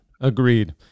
Agreed